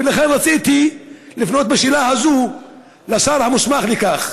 ולכן רציתי לפנות בשאלה הזאת לשר המוסמך לכך,